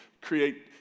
create